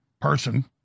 person